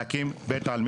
להקים בית עלמין.